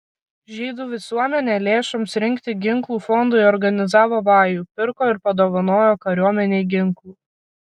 žydų visuomenė lėšoms rinkti ginklų fondui organizavo vajų pirko ir padovanojo kariuomenei ginklų